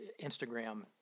Instagram